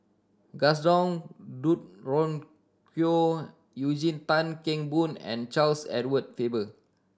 Gaston Dutronquoy Eugene Tan Kheng Boon and Charles Edward Faber